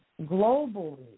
globally